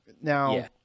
Now